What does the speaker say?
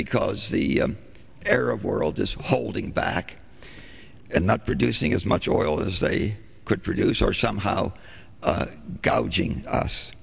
because the arab world is holding back and not producing as much oil as they could produce or somehow gouging us